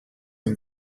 and